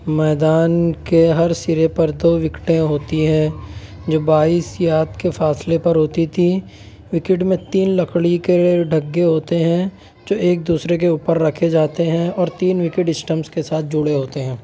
میدان کے ہر سرے پر دو وکٹیں ہوتی ہیں جو بائیس یارڈ کے فاصلے پر ہوتی تھیں وکٹ میں تین لکڑی کے ڈگے ہوتے ہیں جو ایک دوسرے کے اوپر رکھے جاتے ہیں اور تین وکٹ اسٹمپس کے ساتھ جڑے ہوتے ہیں